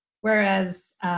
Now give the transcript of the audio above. Whereas